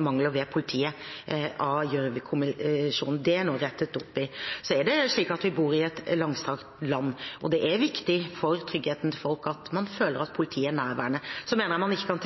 mangler ved politiet. Det er det nå rettet opp i. Vi bor i et langstrakt land, og det er viktig for tryggheten til folk at man føler at politiet er nærværende. Så mener jeg at man ikke kan